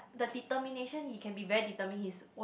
the determination he can be very determined his own